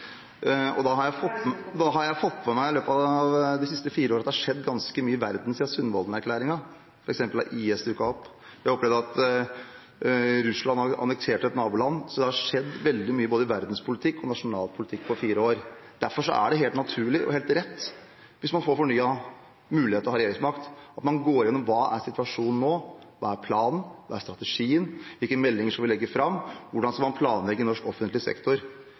har fått med meg i løpet av de siste fire årene at det har skjedd ganske mye i verden siden Sundvolden-erklæringen. For eksempel har IS dukket opp. Vi har opplevd at Russland har annektert et naboland. Veldig mye har skjedd både i verdenspolitikken og nasjonalpolitikken på fire år. Derfor er det helt naturlig og helt rett, hvis man får fornyet mulighet til å ha regjeringsmakt, at man går igjennom hva som er situasjonen nå. Hva er planen? Hva er strategien? Hvilke meldinger skal vi legge fram? Hvordan skal man planlegge norsk offentlig sektor?